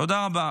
תודה רבה.